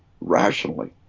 rationally